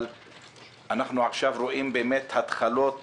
אנחנו רואים עכשיו באמת התחלות